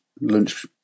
lunch